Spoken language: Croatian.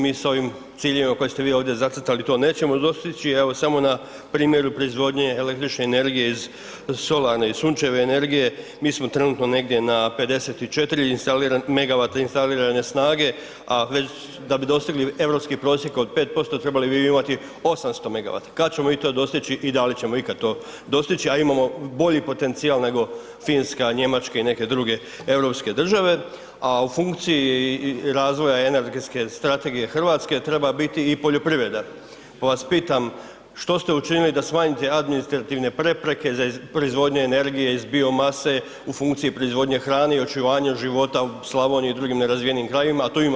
Mi s ovim ciljevima koje ste vi ovdje zacrtali to nećemo dostići, evo samo na primjeru proizvodnje električne energije iz solarne i sunčeve energije mi smo trenutno negdje na 54 instaliran, megawata instalirane snage, a već da bi dostigli europski prosjek od 5% trebali bi imati 800 megawata, kad ćemo i to dostići i da li ćemo ikad to dostići, a imamo bolji potencijal nego Finska, Njemačka i neke druge europske države, a u funkciji razvoja energetske strategije RH treba biti i poljoprivreda, pa vas pitam što ste učinili da smanjite administrativne prepreke za proizvodnju energije iz biomase u funkciji proizvodnje hrane i očuvanju života u Slavoniji i drugim nerazvijenim krajevima, a tu imamo šansu.